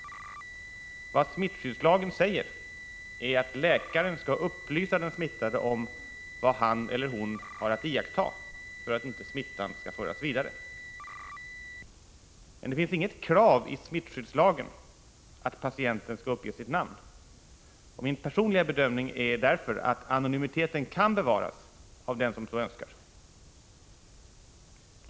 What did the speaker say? Vad smittskyddslagen säger är att läkaren skall upplysa den smittade om vad han eller hon har att iaktta för att inte smittan skall föras vidare, men det finns inget krav i smittskyddslagen på att patienten skall uppge sitt namn. Min bedömning är därför att anonymiteten kan bevaras för den som så önskar.